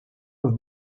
have